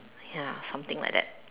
ya something like that